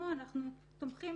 אנחנו תומכים